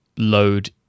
Load